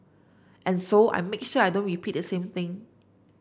and so I make sure I don't repeat the same thing